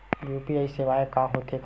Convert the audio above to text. UPI सेवाएं हो थे का?